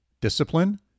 discipline